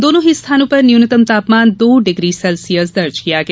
दोनो ही स्थानों पर न्यूनतम तापमान दो डिग्री सेल्सियस दर्ज किया गया